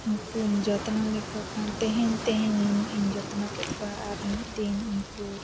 ᱩᱱᱠᱩᱢ ᱡᱚᱛᱱᱚ ᱞᱮᱠᱚ ᱠᱷᱟᱱ ᱛᱮᱦᱮᱧ ᱛᱮᱦᱮᱧ ᱱᱩᱱᱟᱹᱜ ᱤᱧ ᱡᱚᱛᱱᱚ ᱠᱮᱫ ᱠᱚᱣᱟ ᱟᱨ ᱢᱤᱫ ᱫᱤᱱ ᱩᱱᱠᱩ